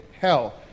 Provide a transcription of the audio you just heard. hell